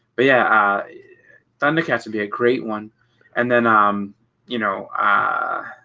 but yeah thundercats would be a great one and then um you know ah